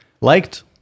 liked